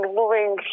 moving